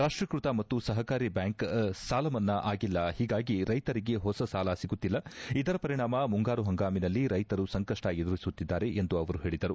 ರಾಷ್ಷೀಕೃತ ಮತ್ತು ಸಹಕಾರಿ ಬ್ಯಾಂಕ್ ಸಾಲಮನ್ನಾ ಆಗಿಲ್ಲ ಹೀಗಾಗಿ ರೈತರಿಗೆ ಹೊಸ ಸಾಲ ಸಿಗುತ್ತಿಲ್ಲ ಇದರ ಪರಿಣಾಮ ಮುಂಗಾರು ಪಂಗಾಮಿನಲ್ಲಿ ರೈತರು ಸಂಕಷ್ಷ ಎದುರಿಸುತ್ತಿದ್ದಾರೆ ಎಂದು ಅವರು ಹೇಳಿದರು